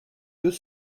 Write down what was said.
deux